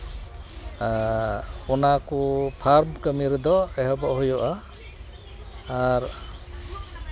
ᱟᱨ ᱚᱱᱟ ᱠᱚ ᱯᱷᱟᱨᱢ ᱠᱟᱹᱢᱤ ᱨᱮᱫᱚ ᱮᱦᱚᱵᱚᱜ ᱦᱩᱭᱩᱜᱼᱟ ᱟᱨ